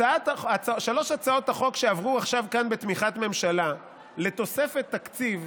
ששלוש הצעות החוק שעברו כאן עכשיו בתמיכת ממשלה לתוספת תקציב